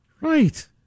Right